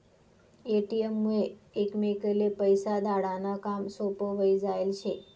ATM मुये एकमेकले पैसा धाडा नं काम सोपं व्हयी जायेल शे